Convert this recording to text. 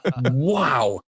Wow